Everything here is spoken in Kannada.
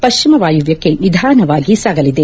ಪಕ್ಷಿಮ ವಾಯುವ್ನಕ್ಷೆ ನಿಧಾನವಾಗಿ ಸಾಗಲಿದೆ